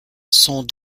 sont